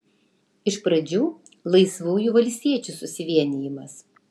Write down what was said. iš pradžių laisvųjų valstiečių susivienijimas